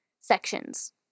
sections